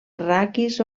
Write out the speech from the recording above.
raquis